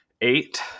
eight